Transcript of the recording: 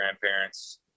grandparents